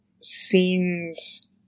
scenes